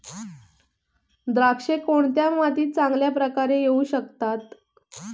द्राक्षे कोणत्या मातीत चांगल्या प्रकारे येऊ शकतात?